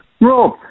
Rob